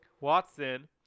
Watson